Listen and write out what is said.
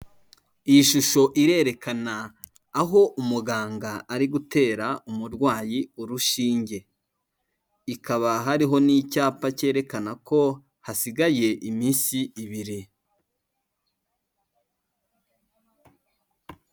Iyi shusho irerekana, aho umuganga ari gutera umurwayi urushinge, ikaba hariho n'icyapa cyerekana ko hasigaye iminsi ibiri.